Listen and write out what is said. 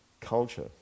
culture